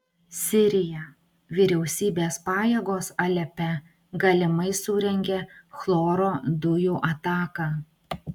sirija vyriausybės pajėgos alepe galimai surengė chloro dujų ataką